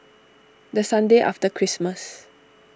the Sunday after Christmas